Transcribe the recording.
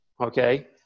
okay